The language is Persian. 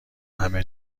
همه